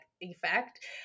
effect